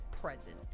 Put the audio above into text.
present